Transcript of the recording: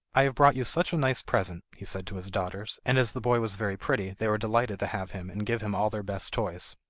i have brought you such a nice present he said to his daughters, and as the boy was very pretty they were delighted to have him and gave him all their best toys.